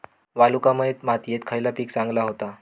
वालुकामय मातयेत खयला पीक चांगला होता?